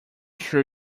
sure